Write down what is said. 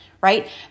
Right